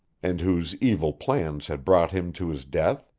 and whose evil plans had brought him to his death?